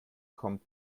kommt